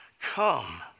come